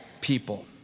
people